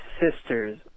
sister's